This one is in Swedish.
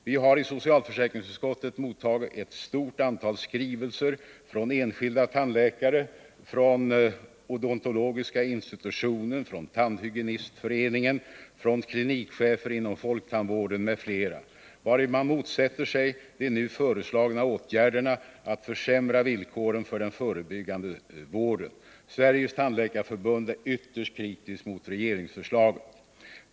Vi har i socialförsäkringsutskottet mottagit ett stort antal skrivelser från enskilda tandläkare, från Odontologiska institutionen, från Tandhygienistföreningen, från klinikchefer inom folktandvården m.fl., vari man motsätter sig de nu föreslagna åtgärderna att försämra villkoren för den förebyggande vården. Sveriges tandläkareförbund är ytterst kritiskt mot regeringsförslaget.